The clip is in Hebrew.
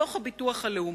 בתוך הביטוח הלאומי.